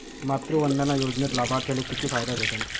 मातृवंदना योजनेत लाभार्थ्याले किती फायदा भेटन?